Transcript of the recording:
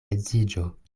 edziĝo